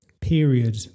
period